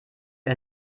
wir